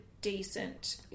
decent